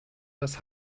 das